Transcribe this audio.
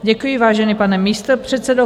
Děkuji, vážený pane místopředsedo.